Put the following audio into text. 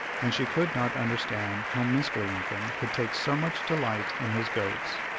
and she could not understand how mr. lincoln could take so much delight in his goats.